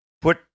put